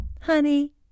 Honey